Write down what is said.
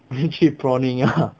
你以为去 prawning ah